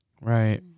Right